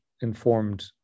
informed